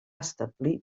establir